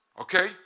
Okay